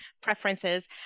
preferences